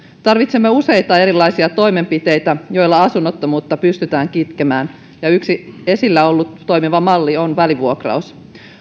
tarvitsemme useita erilaisia toimenpiteitä joilla asunnottomuutta pystytään kitkemään ja yksi esillä ollut toimiva malli on välivuokraus